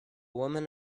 woman